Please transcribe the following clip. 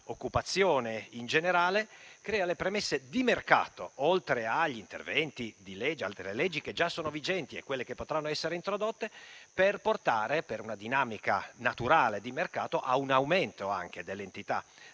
dell'occupazione in generale crea le premesse di mercato, oltre agli interventi di altre leggi che già sono vigenti e quelle che potranno essere introdotte, per portare, per una dinamica naturale di mercato, a un aumento dell'entità